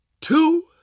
two